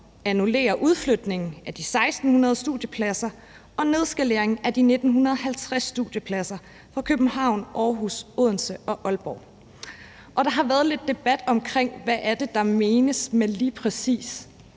annullere udflytningen af de 1.600 studiepladser og nedskaleringen af de i 1.950 studiepladser i København, Aarhus, Odense og Aalborg. Der har været lidt debat omkring, hvad det er, der menes med lige præcis